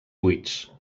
buits